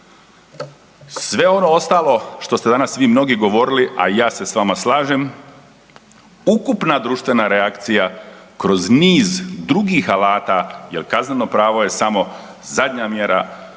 Sve ono ostalo što ste danas vi mnogi govorili, a ja se s vama slažem ukupna društvena reakcija kroz niz drugih alata jer kazneno pravo je samo zadnja mjera